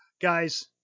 guys